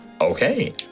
Okay